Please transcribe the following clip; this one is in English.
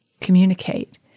communicate